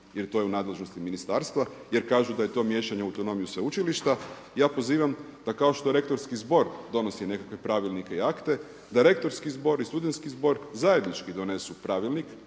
jer to je u nadležnosti ministarstva, jer kažu da je to miješanje u autonomiju sveučilišta, ja pozivam da kao što rektorski zbor donosi nekakve pravilnike i akte, da rektorski zbor i studentski zbor zajednički donesu pravilnik